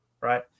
Right